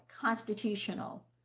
constitutional